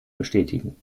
bestätigen